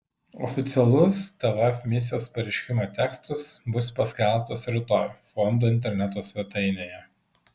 oficialus tvf misijos pareiškimo tekstas bus paskelbtas rytoj fondo interneto svetainėje